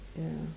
ya